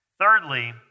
Thirdly